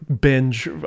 binge